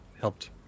helped